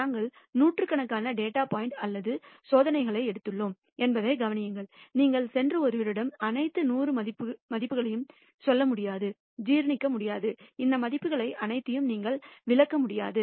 நாங்கள் நூற்றுக்கணக்கான data point அல்லது சோதனைகளை எடுத்துள்ளோம் என்பதைக் கவனியுங்கள் நீங்கள் சென்று ஒருவரிடம் அனைத்து நூறு மதிப்புகளையும் சொல்ல முடியாது ஜீரணிக்க முடியாத இந்த மதிப்புகள் அனைத்தையும் நீங்கள் விலக்க முடியாது